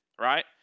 right